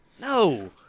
No